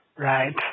Right